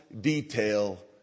detail